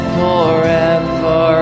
forever